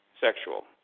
sexual